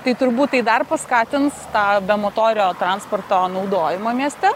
tai turbūt tai dar paskatins tą bemotorio transporto naudojimą mieste